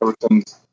person's